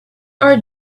are